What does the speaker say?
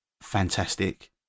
fantastic